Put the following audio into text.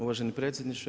Uvaženi predsjedniče.